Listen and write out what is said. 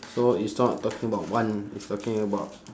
so it's not talking about one it's talking about